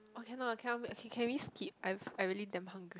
or cannot make okay can we skip I've I really damn hungry